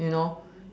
you know